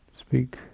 Speak